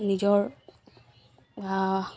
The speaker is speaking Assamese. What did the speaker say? নিজৰ